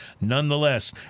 nonetheless